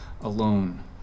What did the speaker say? alone